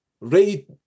ready